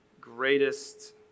greatest